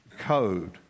code